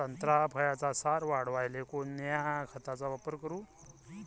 संत्रा फळाचा सार वाढवायले कोन्या खताचा वापर करू?